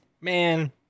man